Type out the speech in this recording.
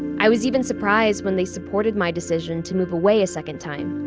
i was even surprised when they supported my decision to move away a second time.